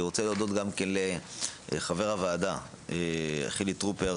אני רוצה להודות גם כן לחבר הוועדה חילי טרופר,